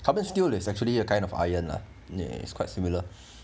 carbon steel is actually a kind of iron lah ya it's quite similar